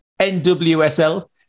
NWSL